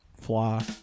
Fly